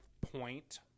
point